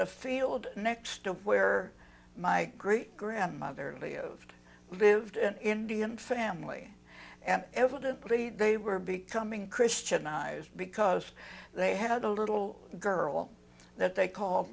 the field next to where my great grandmother lived with an indian family and evidently they were becoming christianize because they had a little girl that they call